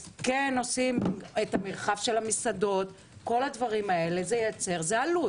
אז כן עושים את המרחב של המסעדות כל הדברים האלה זה עלות.